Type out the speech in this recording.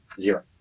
Zero